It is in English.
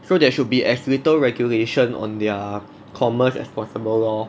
so there should be as little regulation on their commerce as possible lor